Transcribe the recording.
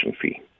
fee